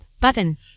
Button